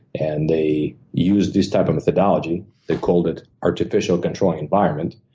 and they used this type of methodology. they called it artificial control environment,